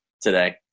today